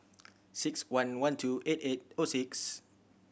six one one two eight eight O six